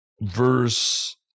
verse